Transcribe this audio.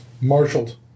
marshaled